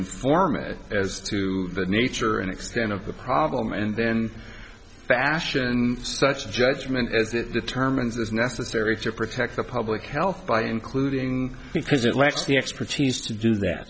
inform as to the nature and extent of the problem and then fashion such judgment as that the terminus is necessary to protect the public health by including because it lacks the expertise to do that